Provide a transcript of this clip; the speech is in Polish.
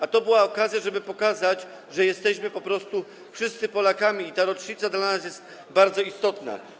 A to była okazja, żeby pokazać, że jesteśmy po prostu wszyscy Polakami i ta rocznica dla nas jest bardzo istotna.